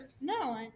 No